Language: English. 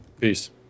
Peace